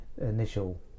initial